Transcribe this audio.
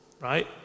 right